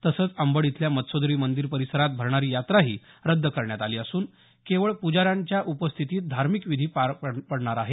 तसंच अंबड इथल्या मत्स्योदरी मंदिर परिसरात भरणारी यात्राही रद्द करण्यात आली असून केवळ पुजाऱ्यांच्या उपस्थितीत धार्मिक विधी पार पडणार आहेत